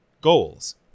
goals